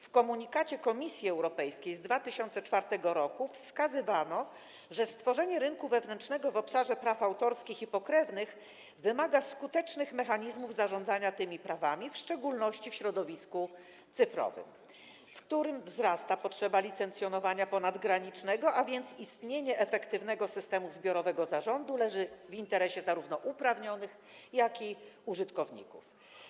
W komunikacie Komisji Europejskiej z 2004 r. wskazywano, że stworzenie rynku wewnętrznego w obszarze praw autorskich i pokrewnych wymaga skutecznych mechanizmów zarządzania tymi prawami, w szczególności w środowisku cyfrowym, w którym wzrasta potrzeba licencjonowania ponadgranicznego, a więc istnienie efektywnego systemu zbiorowego zarządu leży w interesie zarówno uprawnionych, jak i użytkowników.